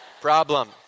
Problem